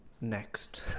Next